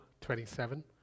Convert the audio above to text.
27